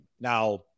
Now